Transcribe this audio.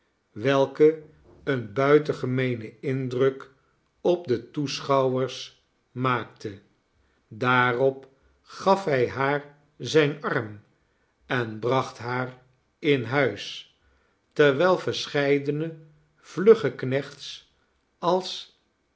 welke een buitengemeenen indruk op de toeschouwers maakte daarop gaf hij haar zijn arm en bracht haar in huis terwijl verscheidene vlugge knechts als